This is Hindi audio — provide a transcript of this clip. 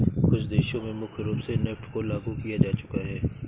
कुछ देशों में मुख्य रूप से नेफ्ट को लागू किया जा चुका है